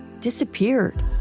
disappeared